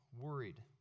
worried